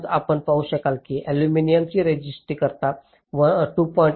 म्हणूनच आपण पाहू शकता की अॅल्युमिनियमची रेसिस्टन्सकता 2